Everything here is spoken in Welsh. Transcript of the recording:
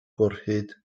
gwrhyd